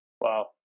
Wow